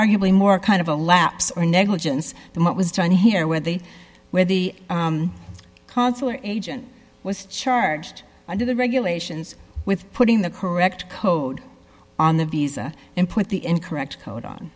arguably more a kind of a lapse or negligence and what was done here with the with the consular agent was charged under the regulations with putting the correct code on the visa and put the incorrect code on